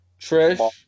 Trish